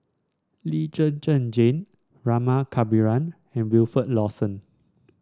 Lee Zhen Zhen Jane Rama Kannabiran and Wilfed Lawson